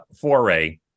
foray